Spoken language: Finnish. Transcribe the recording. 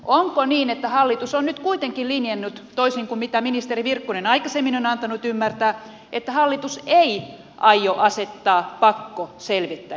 onko niin että hallitus on nyt kuitenkin linjannut toisin kuin ministeri virkkunen aikaisemmin on antanut ymmärtää että hallitus ei aio asettaa pakkoselvittäjiä